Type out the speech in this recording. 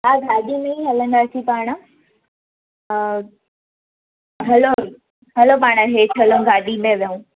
हा गाॾी में ई हलंदासीं पाणि हलो हलो पाणि हेठि हलूं गाॾी में वियूं